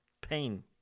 pain